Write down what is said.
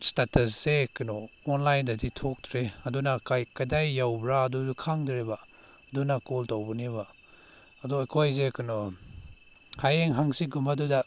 ꯏꯁꯇꯦꯇꯁꯁꯦ ꯀꯩꯅꯣ ꯑꯣꯟꯂꯥꯏꯟꯗꯗꯤ ꯊꯣꯛꯇ꯭ꯔꯦ ꯑꯗꯨꯅ ꯀꯗꯥꯏ ꯌꯥꯎꯕ꯭ꯔꯥ ꯑꯗꯨꯗꯣ ꯈꯪꯗ꯭ꯔꯦꯕ ꯑꯗꯨꯅ ꯀꯣꯜ ꯇꯧꯕꯅꯦꯕ ꯑꯗꯣ ꯑꯩꯈꯣꯏꯁꯦ ꯀꯩꯅꯣ ꯍꯌꯦꯡ ꯍꯥꯡꯆꯤꯠꯀꯨꯝꯕꯗꯨꯗ